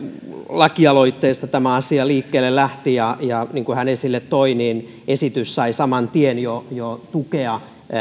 lakialoitteestaan tämä asia liikkeelle lähti ja ja niin kuin hän esille toi esitys sai jo saman tien tukea